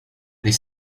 les